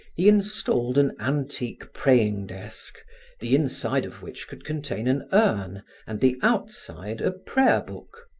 he installed an antique praying-desk the inside of which could contain an urn and the outside a prayer book.